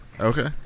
Okay